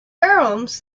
pheromones